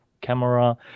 camera